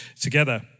together